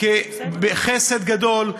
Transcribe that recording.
בחסד גדול,